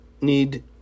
need